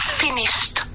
finished